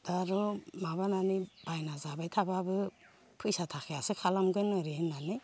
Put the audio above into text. दा आर' माबानानै बायना जाबाय थाब्लाबो फैसा थाखायासो खालामगोन ओरै होननानै